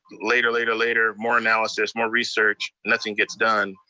later, later, later, more analysis, more research. nothing gets done.